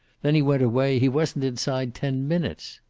then he went away. he wasn't inside ten minutes.